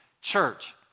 church